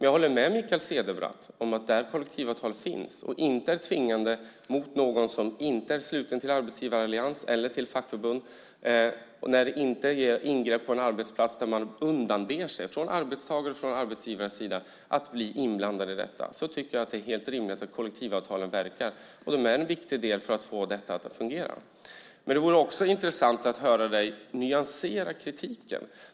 Jag håller med Mikael Cederbratt om att där kollektivavtal finns och inte är tvingande mot någon som inte är sluten till arbetsgivarallians eller fackförbund och när det inte ger ingrepp på en arbetsplats där man undanber sig - från arbetstagares och arbetsgivares sida - att bli inblandad i detta så tycker jag att det är helt rimligt att kollektivavtalen verkar. De är en viktig del för att få detta att fungera. Men det vore också intressant att höra dig nyansera kritiken.